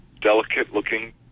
delicate-looking